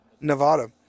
Nevada